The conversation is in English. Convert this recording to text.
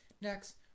Next